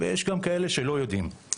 ויש גם כאלה שלא יודעים.